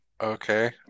Okay